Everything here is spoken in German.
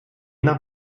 nach